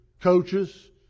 coaches